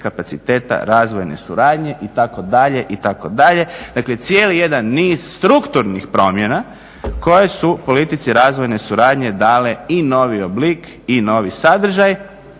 kapaciteta razvojne suradnje itd., itd. dakle cijeli jedan niz strukturnih promjena koje su politici razvojne suradnje dale i novi oblik i novi sadržaj.